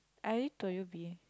I already told you B